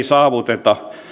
saavuteta